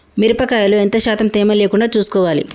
మిరప కాయల్లో ఎంత శాతం తేమ లేకుండా చూసుకోవాలి?